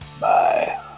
Bye